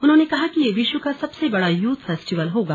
उन्होंने कहा कि ये विश्व का सबसे बड़ा यूथ फेस्टिवल होगा